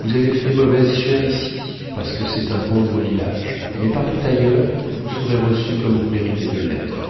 vous avez fait mauvaise chère ici parceque c'est un pauvre village mais partout ailleurs vous serez reçus comme vous méritez de l'être